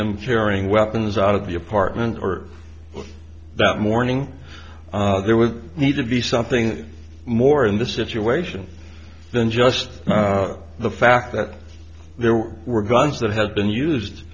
them carrying weapons out of the apartment or that morning there would need to be something more in this situation than just the fact that there were guns that had been used